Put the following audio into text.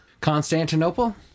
Constantinople